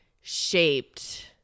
shaped